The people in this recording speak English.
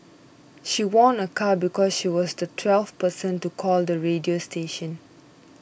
she won a car because she was the twelfth person to call the radio station